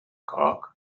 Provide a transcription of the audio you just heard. cock